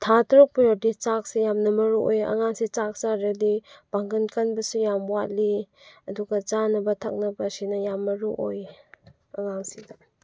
ꯊꯥ ꯇꯔꯨꯛꯄꯨ ꯌꯧꯔꯗꯤ ꯆꯥꯛꯁꯦ ꯌꯥꯝꯅ ꯃꯔꯨ ꯑꯣꯏ ꯑꯉꯥꯡꯁꯦ ꯆꯥꯛ ꯆꯥꯗ꯭ꯔꯗꯤ ꯄꯥꯡꯒꯟ ꯀꯟꯕꯁꯨ ꯌꯥꯝ ꯋꯥꯠꯂꯤ ꯑꯗꯨꯒ ꯆꯥꯅꯕ ꯊꯛꯅꯕꯁꯤꯅ ꯌꯥꯝ ꯃꯔꯨꯑꯣꯏ ꯑꯉꯥꯡꯁꯤꯗ